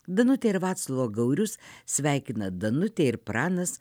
danutė ir vaclovo gaurius sveikina danutė ir pranas